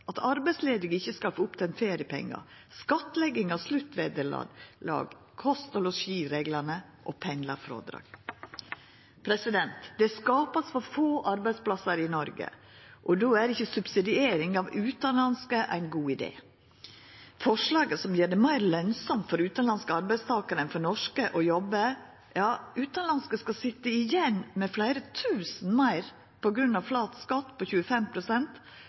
at arbeidsledige ikkje skal få tene opp feriepengar, skattlegging av sluttvederlag, kost og losji-reglane og pendlarfrådraget. Det vert skapt for få arbeidsplassar i Noreg, og då er ikkje subsidiering av utanlandske arbeidstakarar ein god idé. Når det gjeld forslaget som gjer det meir lønsamt for utanlandske arbeidstakarar enn norske arbeidstakarar å jobba – ja, dei utanlandske skal sitja igjen med fleire tusen kroner meir på grunn av ein flat skatt på